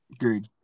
Agreed